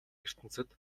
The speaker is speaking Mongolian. ертөнцөд